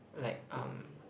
like um